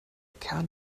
kern